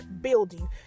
building